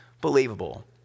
believable